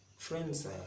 Friends